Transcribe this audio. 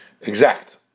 Exact